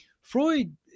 Freud